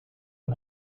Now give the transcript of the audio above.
ein